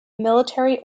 military